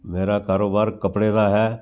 ਮੇਰਾ ਕਾਰੋਬਾਰ ਕੱਪੜੇ ਦਾ ਹੈ